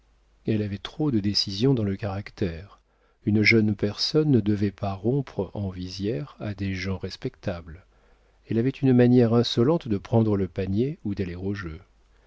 elle avait trop de décision dans le caractère une jeune personne ne devait pas rompre en visière à des gens respectables elle avait une manière insolente de prendre le panier ou d'aller au jeu